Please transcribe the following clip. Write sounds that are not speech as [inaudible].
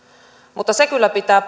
mutta se kyllä pitää [unintelligible]